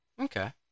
Okay